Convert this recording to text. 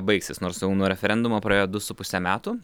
baigsis nors jau nuo referendumo praėjo du su puse metų